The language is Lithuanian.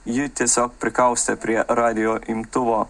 ji tiesiog prikaustė prie radijo imtuvo